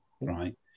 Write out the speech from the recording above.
right